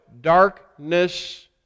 darkness